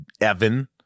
evan